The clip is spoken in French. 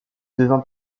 devint